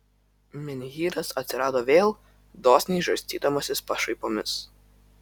menhyras atsirado vėl dosniai žarstydamasis pašaipomis